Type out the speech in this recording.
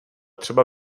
třeba